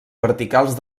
verticals